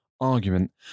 argument